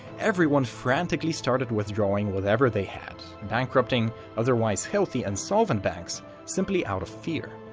everyone frantically started withdrawing whatever they had, bankrupting otherwise healthy and solvent banks simply out of fear.